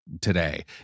today